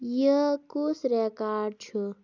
یہِ کُس رِکاڈ چھُ